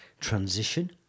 transition